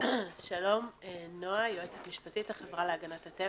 שלום, נעה, יועצת משפטית, החברה להגנת הטבע.